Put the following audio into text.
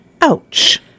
Ouch